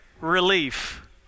relief